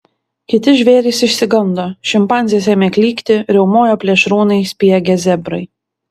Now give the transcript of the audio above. kiti žvėrys išsigando šimpanzės ėmė klykti riaumojo plėšrūnai spiegė zebrai